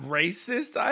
racist